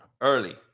early